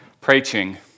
preaching